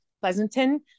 Pleasanton